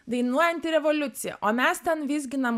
dainuojanti revoliucija o mes ten vizginam